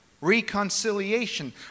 reconciliation